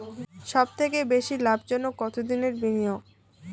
সবথেকে বেশি লাভজনক কতদিনের বিনিয়োগ?